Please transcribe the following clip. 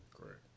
Correct